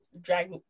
drag